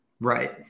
right